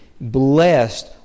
blessed